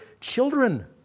children